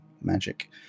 magic